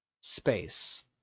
space